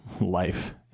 life